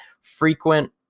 frequent